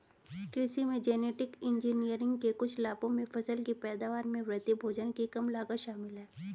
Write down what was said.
कृषि में genetic engineering के कुछ लाभों में फसल की पैदावार में वृद्धि, भोजन की कम लागत शामिल हैं